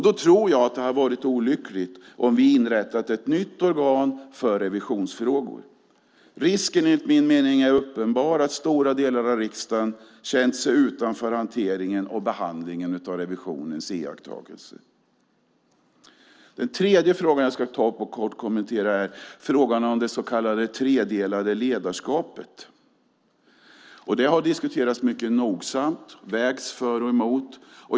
Då tror jag att det hade varit olyckligt om vi hade inrättat ett nytt organ för revisionsfrågor. Risken är enligt min mening uppenbar för att stora delar av riksdagen hade känt sig utanför hanteringen och behandlingen av revisionens iakttagelser. Den tredje frågan jag ska ta upp och kort kommentera är frågan om det så kallade tredelade ledarskapet. Det har diskuterats mycket nogsamt, vägts för och emot.